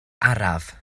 araf